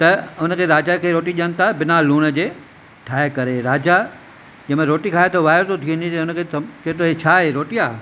त हुनजे राजा खे रोटी ॾियनि था बिना लूण जे ठाहे करे राजा जंहिं महिल रोटी खाए तो वाइड़ो थो थी वञे कि जो हुनखे चवे थो ई छा आहे हीअ रोटी आ